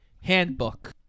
handbook